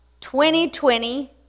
2020